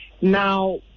Now